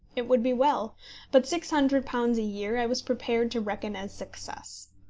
it would be well but six hundred pounds a-year i was prepared to reckon as success.